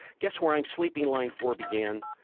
guess where i'm sleeping, line four began.